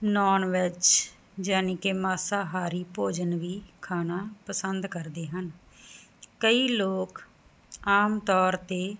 non veg ਯਾਨੀ ਕੇ ਮਾਸਾਹਾਰੀ ਭੋਜਨ ਵੀ ਖਾਨਾ ਪਸੰਦ ਕਰਦੇ ਹਨ ਕਈ ਲੋਕ ਆਮ ਤੌਰ ਤੇ